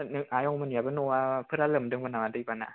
आयं मोननियाबो न'आ फोरा लोमदोंमोन नामा दै बाना